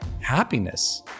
happiness